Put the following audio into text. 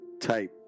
type